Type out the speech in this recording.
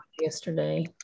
yesterday